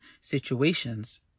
situations